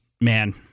man